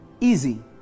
Easy